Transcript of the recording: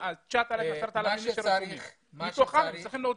מתחום צריכים להוציא.